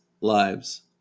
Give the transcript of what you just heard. lives